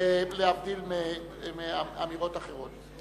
להבדיל מאמירות אחרות.